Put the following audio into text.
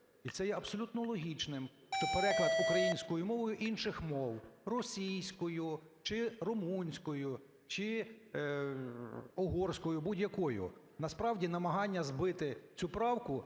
І це є абсолютно логічним, що переклад українською мовою інших мов, російською чи румунською, чи угорською, будь-якою, насправді намагання збити цю правку